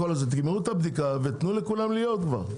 תגמרו את הבדיקה ותנו לכולם להיות כבר,